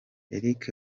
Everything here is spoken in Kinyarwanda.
eric